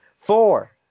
Four